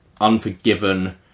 Unforgiven